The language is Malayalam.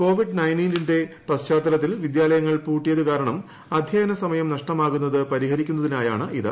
കോവിഡ്പിട്ടു ന്റെ പശ്ചാത്തലത്തിൽ വിദ്യാലയങ്ങൾ പൂട്ടിയതു ക്ടാർണം അധ്യയന സമയം നഷ്ടമാകുന്നത് പരിഹരിക്കുന്നിതിനായാണിത്